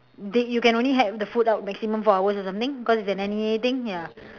that you can only have the food out maximum four hours or something because it's a N_E_A thing ya